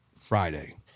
Friday